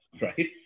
right